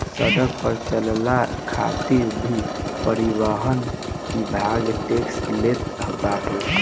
सड़क पअ चलला खातिर भी परिवहन विभाग टेक्स लेट बाटे